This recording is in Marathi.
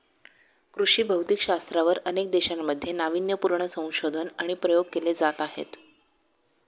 कृषी भौतिकशास्त्रावर अनेक देशांमध्ये नावीन्यपूर्ण संशोधन आणि प्रयोग केले जात आहेत